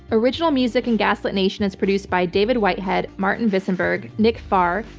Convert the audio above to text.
original music in gaslit nation is produced by david whitehead, martin visonberg, nick farr,